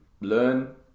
learn